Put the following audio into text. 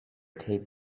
taped